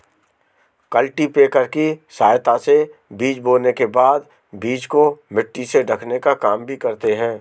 cultipacker की सहायता से बीज बोने के बाद बीज को मिट्टी से ढकने का काम भी करते है